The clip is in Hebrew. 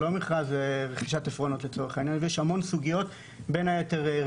יש המון סוגיות לדיון,